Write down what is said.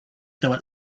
though